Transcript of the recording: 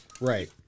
right